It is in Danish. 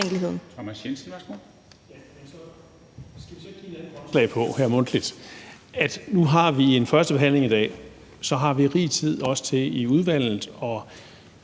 nu har en førstebehandling i dag, og så har vi rig tid, også i udvalget,